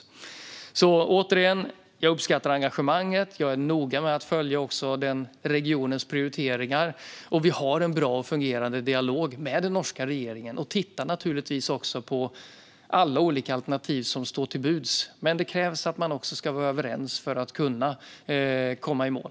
Jag vill återigen säga att jag uppskattar engagemanget. Jag är noga med att följa också regionens prioriteringar. Vi har en bra och fungerande dialog med den norska regeringen och tittar naturligtvis också på alla olika alternativ som står till buds. Det krävs dock även att man ska vara överens för att kunna komma i mål.